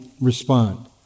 respond